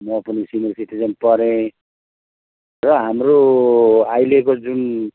म पनि senior citizen परेँ र हाम्रो अहिलेको जुन